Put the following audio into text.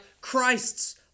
Christ's